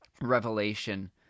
revelation